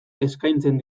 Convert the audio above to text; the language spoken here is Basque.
eskaintzen